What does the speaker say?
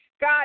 God